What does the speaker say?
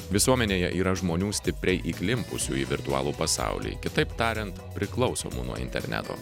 visuomenėje yra žmonių stipriai įklimpusi į virtualų pasaulį kitaip tariant priklausomų nuo interneto